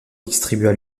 distribua